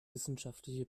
wissenschaftliche